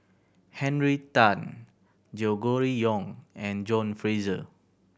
Henry Tan Yong and John Fraser